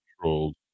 controlled